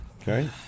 Okay